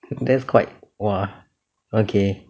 that's quite !wah! okay